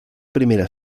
primera